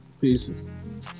Peace